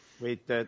Wait